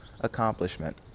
accomplishment